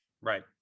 right